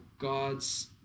God's